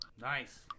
nice